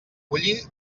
bullir